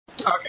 Okay